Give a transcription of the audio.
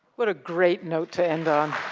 what a great note to end on.